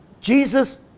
Jesus